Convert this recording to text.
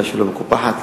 לא מקופחת.